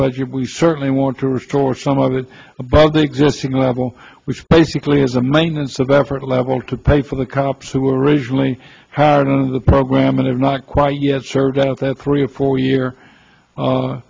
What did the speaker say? budget we certainly want to restore some of it above the existing level which basically is a maintenance of effort level to pay for the cops who originally had the program and i'm not quite yet sure that three or four year